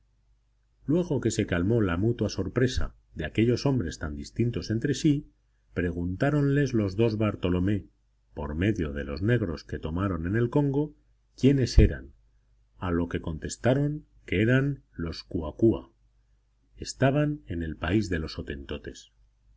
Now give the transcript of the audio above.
luego que se calmó la mutua sorpresa de aquellos hombres tan distintos entre sí preguntáronles los dos bartolomé por medio de los negros que tomaron en el congo quiénes eran a lo que contestaron que eran los kuakua estaban en el país de los hotentotes